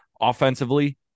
Offensively